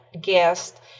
guest